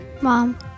Mom